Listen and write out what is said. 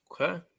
Okay